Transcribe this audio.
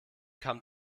kam